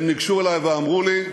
הם ניגשו אלי ואמרו לי: